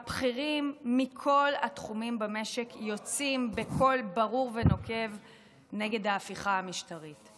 הבכירים מכל התחומים במשק יוצאים בקול ברור ונוקב נגד ההפיכה המשטרית.